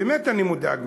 באמת אני מודאג מהשתיקה.